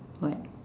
what